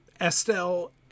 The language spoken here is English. Estelle